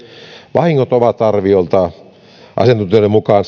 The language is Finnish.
vahingot ovat asiantuntijoiden mukaan